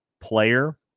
player